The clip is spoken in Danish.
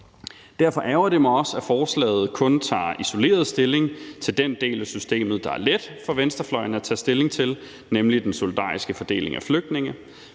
Derfor ærgrer det mig også, at forslaget kun tager isoleret stilling til den del af systemet, der er let for venstrefløjen at tage stilling til, nemlig den solidariske fordeling af flygtninge.